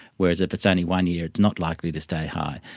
whereas if it's only one year it's not likely to stay high.